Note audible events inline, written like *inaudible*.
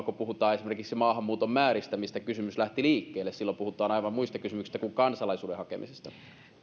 *unintelligible* kun puhutaan esimerkiksi maahanmuuton määristä mistä kysymys lähti liikkeelle silloin puhutaan aivan muista kysymyksistä kuin kansalaisuuden hakemisesta